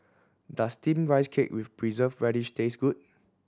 does Steamed Rice Cake with Preserved Radish taste good